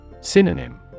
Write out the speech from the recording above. Synonym